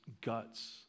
guts